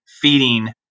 feeding